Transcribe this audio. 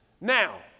Now